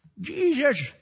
Jesus